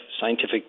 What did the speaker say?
scientific